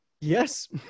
Yes